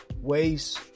ways